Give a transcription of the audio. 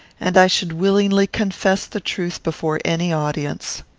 and i should willingly confess the truth before any audience.